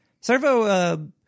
Servo –